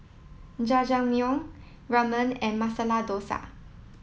Jajangmyeon Ramen and Masala Dosa